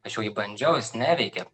aš jau jį bandžiau jis neveikia